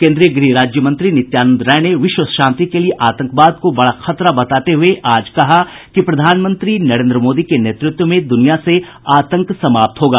केन्द्रीय गृह राज्य मंत्री नित्यानंद राय ने विश्व शांति के लिए आतंकवाद को बड़ा खतरा बताते हुए आज कहा कि प्रधानमंत्री नरेन्द्र मोदी के नेतृत्व में दुनिया से आतंक समाप्त होगा